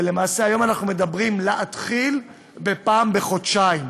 ולמעשה היום אנחנו מדברים על להתחיל בפעם בחודשיים,